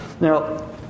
Now